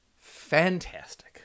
fantastic